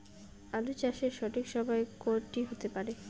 আলু চাষের সঠিক সময় কোন টি হতে পারে?